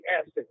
asset